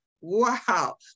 Wow